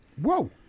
Whoa